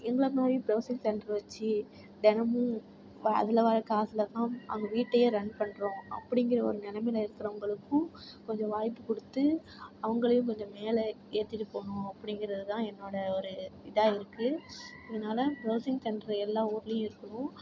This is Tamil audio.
எங்களை மாதிரி ப்ரௌசிங் சென்டர் வச்சு தினமும் அதில் வர காசுல தான் அவங்க வீட்டையே ரன் பண்ணுறோம் அப்படிங்கிற ஒரு நிலமையில இருக்கிறவங்களுக்கும் கொஞ்சம் வாய்ப்பு கொடுத்து அவங்களையும் கொஞ்சம் மேலே ஏற்றிட்டு போகணும் அப்படிங்கிறதுதான் என்னோட ஒரு இதாக இருக்கு அதனால ப்ரௌசிங் சென்டர் எல்லா ஊர்லையும் இருக்கும்